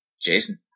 Jason